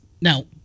Now